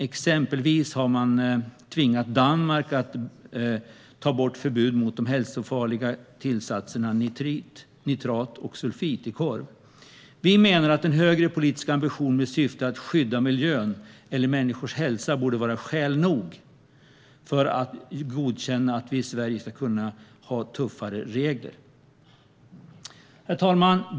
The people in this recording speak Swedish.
Exempelvis har man tvingat Danmark att ta bort förbud mot de hälsofarliga tillsatserna nitrit, nitrat och sulfit i korv. Vi menar att en högre politisk ambition med syfte att skydda miljön eller människors hälsa borde vara skäl nog för att godkänna att vi i Sverige ska kunna ha tuffare regler. Herr talman!